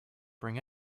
bring